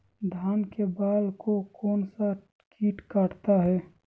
धान के बाल को कौन सा किट काटता है?